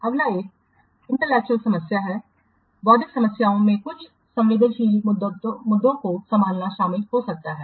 अगला एक बौद्धिक समस्या है बौद्धिक समस्याओं में कुछ संवेदनशील मुद्दों को संभालना शामिल हो सकता है